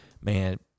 man